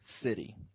city